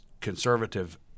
conservative